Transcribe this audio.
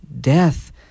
death